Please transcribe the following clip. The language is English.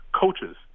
coaches